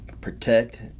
protect